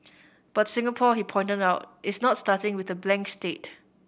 but Singapore he pointed out is not starting with a blank slate